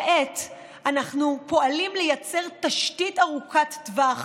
כעת אנחנו פועלים לייצר תשתית ארוכת טווח